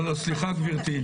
לא, לא, סליחה גברתי.